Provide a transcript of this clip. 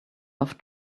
off